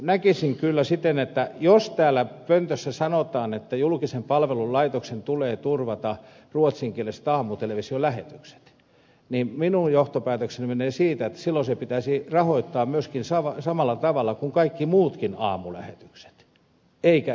näkisin kyllä siten että jos täällä pöntössä sanotaan että julkisen palvelun laitoksen tulee turvata ruotsinkieliset aamutelevisiolähetykset niin minun johtopäätökseni on että silloin ne pitäisi myöskin rahoittaa samalla tavalla kuin kaikki muutkin aamulähetykset eikä eri tavalla